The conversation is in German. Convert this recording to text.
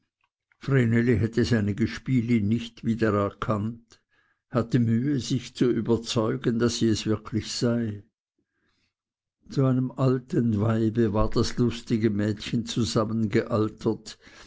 hätte seine gespielin nicht wieder erkannt hatte mühe sich zu überzeugen daß sie es wirklich sei zu einem alten weibe war das lustige mädchen